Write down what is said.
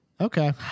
Okay